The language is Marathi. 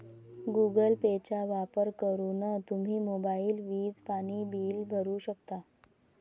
गुगल पेचा वापर करून तुम्ही मोबाईल, वीज, पाणी बिल भरू शकता